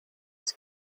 his